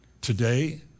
today